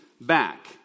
back